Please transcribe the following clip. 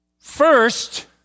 First